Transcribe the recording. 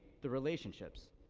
the relationships,